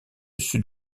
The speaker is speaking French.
sud